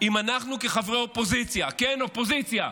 אם אנחנו כחברי אופוזיציה, כן, אופוזיציה,